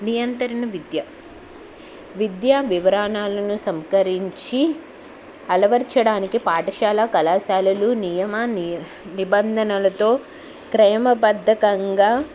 నియంత్రణ విద్య విద్యా వివరాలను సేకరించి అలవరచడానికి పాఠశాల కళాశాలలు నియమ ని నిబంధనలతో క్రమబద్ధకంగా